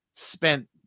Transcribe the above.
Spent